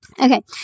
Okay